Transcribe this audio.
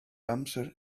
amser